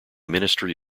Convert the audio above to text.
ministry